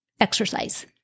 Exercise